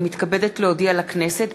אני מתכבדת להודיע לכנסת,